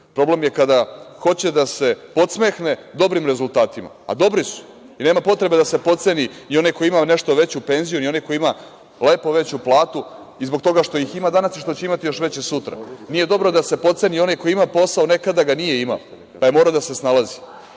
problem je kada hoće da se podsmehne dobrim rezultatima. A, dobri su i nema potrebe da se potceni i onaj koji ima nešto veću penziju, ni onaj ko ima lepo veću platu i zbog toga što ih ima danas i što će imati još veće sutra. Nije dobro da se potceni ni onaj ko ima posao, nekada ga nije imao, pa je morao da se snalazi.